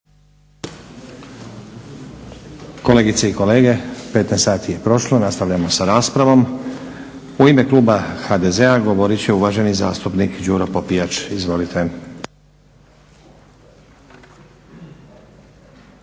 Kolegice i kolege 15 sati je prošlo, nastavljamo sa raspravom. U ime kluba HDZ-a govorit će uvaženi zastupnik Đuro Popijač. Izvolite.